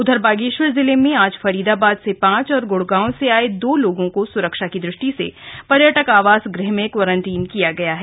उधर बागेश्वर जिले में आज फरीदाबाद से पांच और ग्ड़गांव से आये दो लोगों को सुरक्षा की दृष्टि से पर्यटक आवास गृह में क्वारंटीन किया गया है